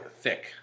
Thick